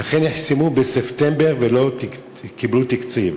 ולכן נחסמו בספטמבר ולא קיבלו תקציב.